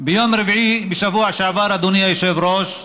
ביום רביעי בשבוע שעבר, אדוני היושב-ראש,